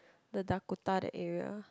the Dakota that area